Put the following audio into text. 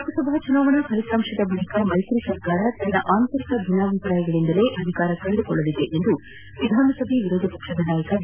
ಲೋಕಸಭಾ ಚುನಾವಣಾ ಫಲಿತಾಂಶದ ಬಳಿಕ ಮೈತ್ರಿ ಸರ್ಕಾರ ತನ್ನ ಆತಂರಿಕ ಭಿನ್ನಾಭಿಪ್ರಾಯಗಳಿಂದಲೇ ಅಧಿಕಾರ ಕಳೆದುಕೊಳ್ಳಲಿದೆ ಎಂದು ವಿಧಾನಸಭೆಯ ವಿರೋಧ ಪಕ್ಷದ ನಾಯಕ ಬಿ